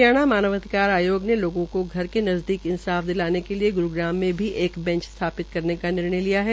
हरियाणा मानवाधिकार आयोग ने लोगों के घर के नजदीक इंसाफ दिलाने के लिए गुरूग्राम में एक बैंच स्थापित करने का निर्णय लिया है